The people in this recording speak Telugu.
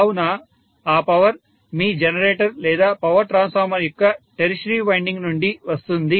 కావున ఆ పవర్ మీ జనరేటర్ లేదా పవర్ ట్రాన్స్ఫార్మర్ యొక్క టెర్షియరీ వైండింగ్ నుండి వస్తుంది